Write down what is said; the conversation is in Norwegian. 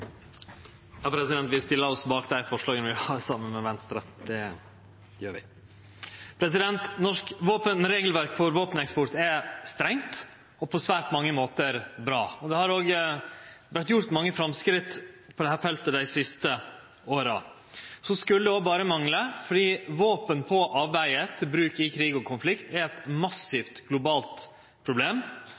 vi. Norsk regelverk for våpeneksport er strengt og på svært mange måtar bra. Det har òg vore gjort mange framsteg på dette feltet dei siste åra. Det skulle òg berre mangle, for våpen på avvegar til bruk i krig og konflikt er eit massivt globalt problem,